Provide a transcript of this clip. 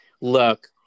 look